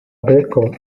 beko